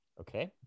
Okay